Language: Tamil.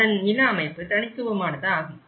அதன் நில அமைப்பு தனித்துவமானது ஆகும்